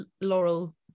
laurel